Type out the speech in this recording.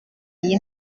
iyi